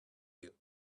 you